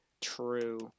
True